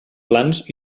plans